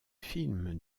film